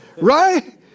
Right